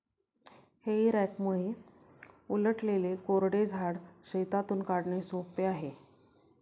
हेई रॅकमुळे उलटलेले कोरडे झाड शेतातून काढणे सोपे आहे